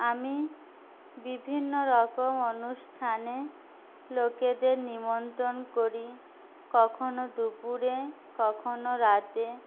আমি বিভিন্ন রকম অনুষ্ঠানে লোকেদের নিমন্ত্রণ করি কখনো দুপুরে কখনো রাতে